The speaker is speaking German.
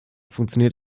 funktioniert